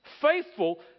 faithful